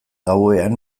gauean